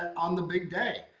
on the big day.